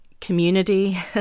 community